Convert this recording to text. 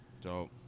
Dope